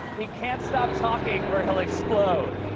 he can't stop talking, or he'll explode.